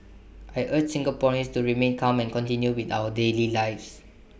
I urge Singaporeans to remain calm and continue with our daily lives